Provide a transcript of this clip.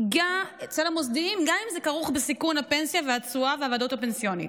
אצל המוסדיים גם אם זה כרוך בסיכון הפנסיה והתשואה והוודאות הפנסיונית.